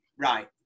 Right